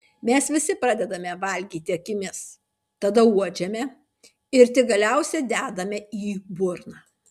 mes visi pradedame valgyti akimis tada uodžiame ir tik galiausiai dedame į burną